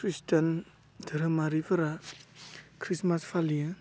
ख्रिष्टान धोरोमारिफोरा ख्रिस्टमास फालियो